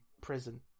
prison